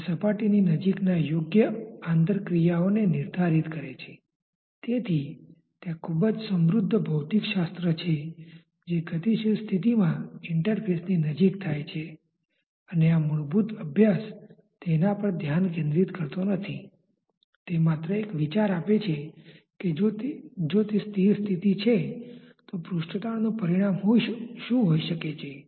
એકવાર કોયડાનું નિરાકરણ લાવ્યા પછી તમને કોયડામાંથી નિશાની મળશે અને તમારે તે અંતર્જ્ઞાનનો વિકાસ કરવો જોઈએ કે તે નિશાની શું સૂચવે છે